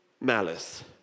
malice